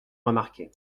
remarqué